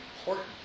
important